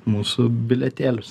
mūsų bilietėlius